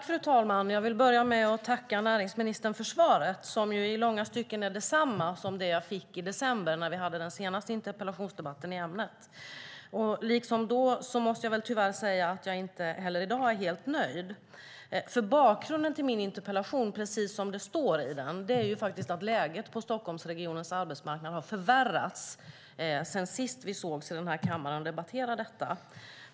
Fru talman! Jag vill börja med att tacka näringsministern för svaret, som i långa stycken är detsamma som det jag fick i december när vi hade den senaste interpellationsdebatten i ämnet. Liksom då måste jag tyvärr säga att jag inte är helt nöjd. Bakgrunden till min interpellation, precis som det står i den, är att läget på Stockholmsregionens arbetsmarknad har förvärrats sedan sist vi sågs i kammaren och debatterade detta.